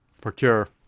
Procure